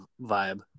vibe